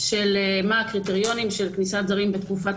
של מה הקריטריונים של כניסת זרים בתקופת